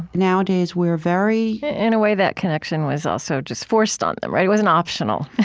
nowadays, we're very, in a way, that connection was also just forced on them, right? it wasn't optional.